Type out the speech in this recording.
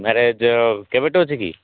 marriage କେବେଠୁ ଅଛି କି